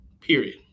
Period